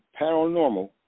paranormal